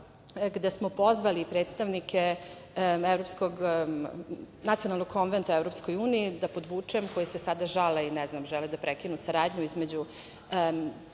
gde smo pozvali predstavnike Nacionalnog konventa EU, da podvučem, koji se sada žale i žele da prekinu saradnju između